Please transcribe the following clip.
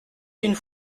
d’une